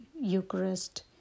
Eucharist